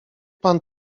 pan